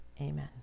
amen